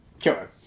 Sure